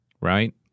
right